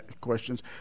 questions